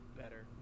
better